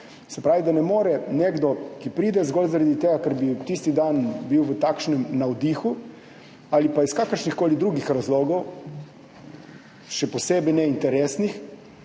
Se pravi, da ne more nekdo, ki pride zgolj zaradi tega, ker bi tisti dan bil v takšnem navdihu ali pa iz kakršnihkoli drugih razlogov, še posebej ne interesnih,